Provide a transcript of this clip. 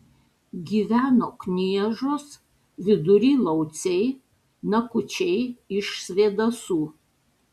gyveno kniežos vidury lauciai nakučiai iš svėdasų